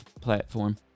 platform